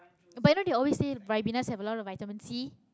but you know they always say ribenas have a lot of vitamin c